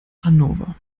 hanover